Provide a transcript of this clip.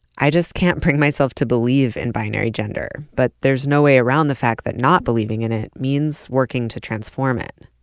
i just can't bring myself to believe in binary gender, but there's no way around the fact that not believing in it means working to transform it.